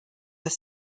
are